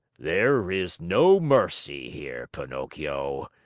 there is no mercy here, pinocchio.